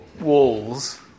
walls